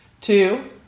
two